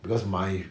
because my